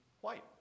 white